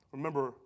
Remember